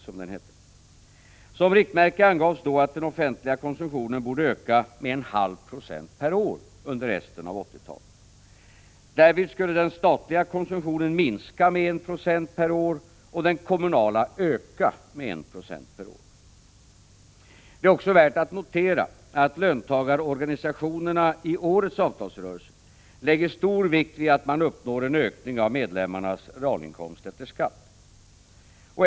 Som riktmärke angavs då att den offentliga konsumtionen borde öka med 0,5 96 per år under resten av 1980-talet. Därvid skulle den statliga konsumtionen minska med 1 96 i volym per år och den kommunala öka med 1 per år. Det är i detta sammanhang värt att notera att löntagarorganisationerna i årets avtalsrörelse lägger stor vikt vid att man i år uppnår en ökning av medlemmarnas realinkomst efter skatt.